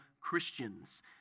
Christians